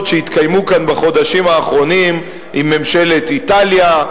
שהתקיימו כאן בחודשים האחרונים עם ממשלת איטליה,